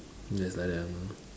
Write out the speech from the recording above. just like that one mah